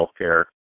healthcare